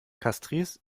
castries